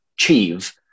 achieve